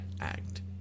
act